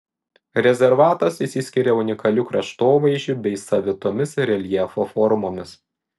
rezervatas išsiskiria unikaliu kraštovaizdžiu bei savitomis reljefo formomis